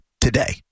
Today